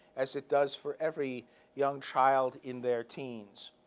as it does for every young child in their teens.